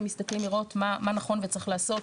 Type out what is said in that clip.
ומסתכלים לראות מה נכון ומה וצריך לעשות